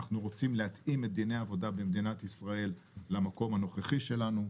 אנחנו רוצים להתאים את דיני העבודה במדינת ישראל למקום הנוכחי שלנו,